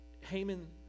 Haman